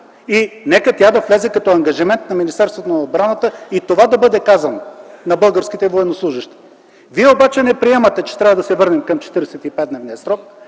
Нека тя да влезе като ангажимент на Министерството на отбраната и това да бъде казано на българските военнослужещи. Вие обаче не приемате, че трябва да се върнем към 45-дневния срок,